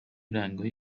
رنگای